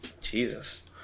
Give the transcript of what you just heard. Jesus